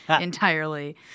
entirely